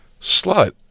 Slut